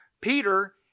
Peter